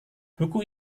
buku